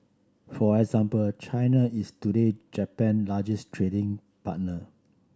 for example China is today Japan largest trading partner